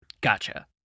Gotcha